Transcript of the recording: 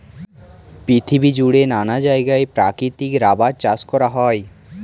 পৃথিবী জুড়ে নানা জায়গায় প্রাকৃতিক রাবার চাষ করা হয়